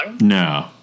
No